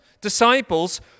disciples